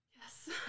yes